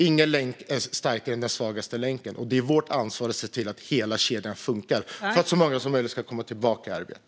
Ingen kedja är starkare än dess svagaste länk, och det är vårt ansvar att se till att hela kedjan funkar - för att så många som möjligt ska komma tillbaka i arbete.